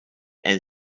and